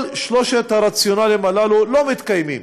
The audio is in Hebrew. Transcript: כל שלושת הרציונלים הללו לא מתקיימים